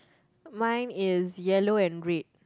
mine is yellow and red